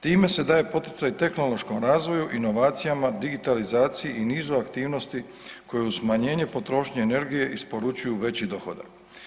Time se daje poticaj tehnološkom razvoju, inovacijama, digitalizaciji i nizu aktivnosti koje uz smanjenje potrošnje energije isporučuju veći dohodak.